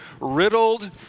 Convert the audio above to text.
riddled